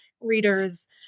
readers